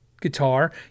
guitar